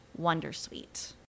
wondersuite